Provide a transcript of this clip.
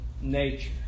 nature